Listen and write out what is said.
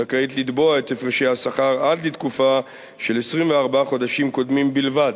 זכאית לתבוע את הפרשי השכר עד לתקופה של 24 חודשים קודמים בלבד.